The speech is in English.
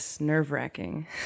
nerve-wracking